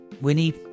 Winnie